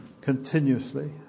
continuously